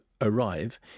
arrive